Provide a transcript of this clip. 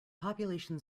population